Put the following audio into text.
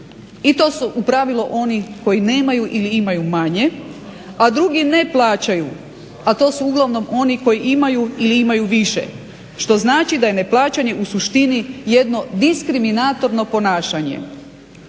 i to su u pravilu oni koji nemaju ili imaju manje, a drugi ne plaćaju, a to su uglavnom oni koji imaju ili imaju više, što znači da je neplaćanje u suštini jedno diskriminatorno ponašanje.